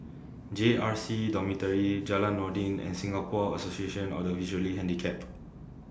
J R C Dormitory Jalan Noordin and Singapore Association of The Visually Handicapped